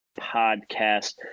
podcast